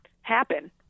happen